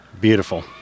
Beautiful